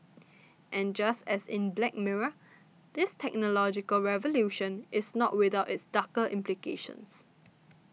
and just as in Black Mirror this technological revolution is not without its darker implications